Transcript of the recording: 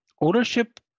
ownership